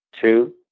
Two